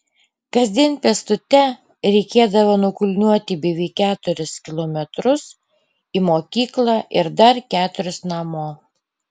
kasdien pėstute reikėdavo nukulniuoti beveik keturis kilometrus į mokyklą ir dar keturis namo